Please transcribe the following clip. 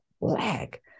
black